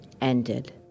ended